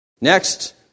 Next